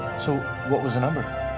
so, what was the number?